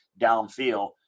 downfield